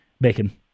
Bacon